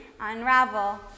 unravel